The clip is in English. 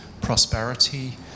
prosperity